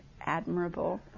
admirable